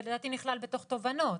זה לדעתי נכלל בתוך תובענות.